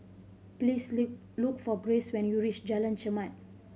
please look for Graves when you reach Jalan Chermat